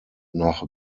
nach